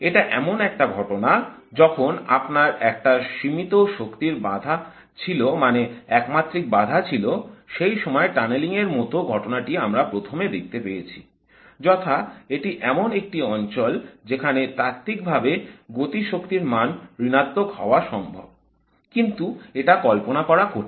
এটা এমন একটা ঘটনা যখন আপনার একটা সীমিত শক্তির বাধা ছিল মানে একমাত্রিক বাধা ছিল সেই সময় টানেলিং এর মতো ঘটনা টি আমরা প্রথমে দেখতে পেয়েছি যথা এটি এমন একটি অঞ্চল যেখানে তাত্ত্বিকভাবে গতিশক্তির মান ঋণাত্মক হওয়া সম্ভব কিন্তু এটা কল্পনা করা কঠিন